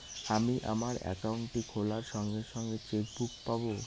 আমি আমার একাউন্টটি খোলার সঙ্গে সঙ্গে চেক বুক পাবো?